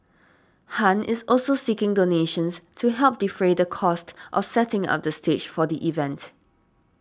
Han is also seeking donations to help defray the cost of setting up the stage for the event